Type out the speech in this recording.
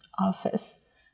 office